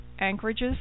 anchorages